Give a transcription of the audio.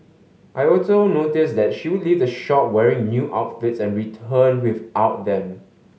I also noticed that she would leave the shop wearing new outfits and returned without them